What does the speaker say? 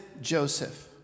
Joseph